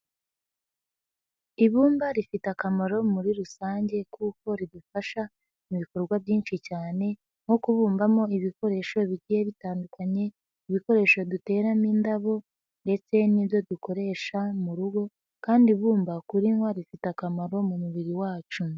Ibumba rifite akamaro muri rusange kuko ridufasha mu bikorwa byinshi cyane, nko kubumbamo ibikoresho bigiye bitandukanye, ibikoresho duteramo indabo ndetse n'ibyo dukoresha mu rugo kandi ibumba kurinywa rifite akamaro mu mubiri wacu.